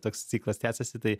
toks ciklas tęsiasi tai